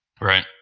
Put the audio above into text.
Right